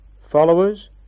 Followers